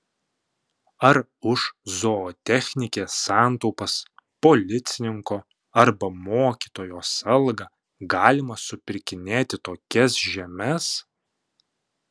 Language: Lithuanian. ar už zootechnikės santaupas policininko arba mokytojos algą galima supirkinėti tokias žemes